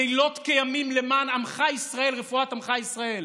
לילות כימים למען רפואת עמך ישראל.